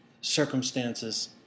circumstances